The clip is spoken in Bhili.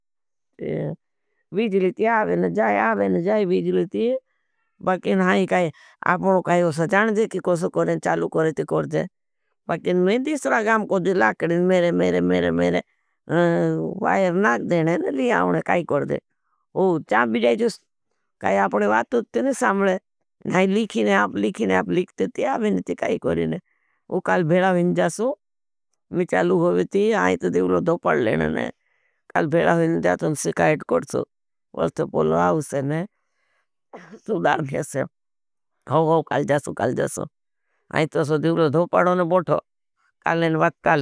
विजलिती आवेन जाए, आवेन जाए विजलिती। बकेन हाई काई आपनों काई सजान दे की कोसे कोरें, चालू कोरें ती कोर जाए। बकेन मैं दिसरा गाम कोई दिला करें, मेरे, मेरे, मेरे मेरे मेरे। वायर नाक देने ने, ली आवने काई कोर जाए। काई आपने वात उत्ते ने साम्बले, नहीं लिखी ने, आप लिखी ने, आप लिखते ती, आवेन जाए कोरें ने। वो काल भेला विन जासू, मैं चालू होगे ती, हाई तो दिलो धोपाड लेने ने।